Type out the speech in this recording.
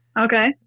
Okay